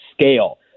scale